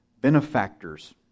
benefactors